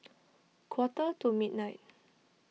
quarter to midnight